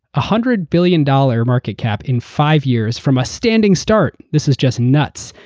ah hundred billion dollars market cap in five years from a standing start. this is just nuts.